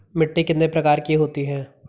मिट्टी कितने प्रकार की होती हैं?